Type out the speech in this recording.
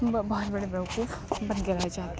بہت بڑے بیوقوف بن کے رہ جاتے